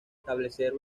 establecer